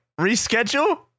reschedule